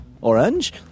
orange